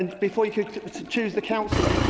before you can but choose the councillor.